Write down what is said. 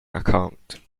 account